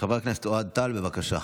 חבר הכנסת אוהד טל, בבקשה.